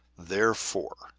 therefore,